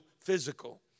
physical